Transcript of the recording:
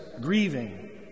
grieving